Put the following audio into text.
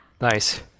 Nice